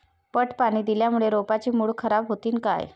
पट पाणी दिल्यामूळे रोपाची मुळ खराब होतीन काय?